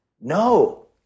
no